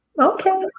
okay